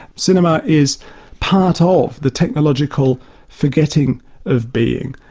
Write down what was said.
cinema is part ah of the technological forgetting of being.